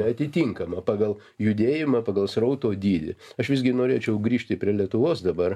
atitinkamai pagal judėjimą pagal srauto dydį aš visgi norėčiau grįžti prie lietuvos dabar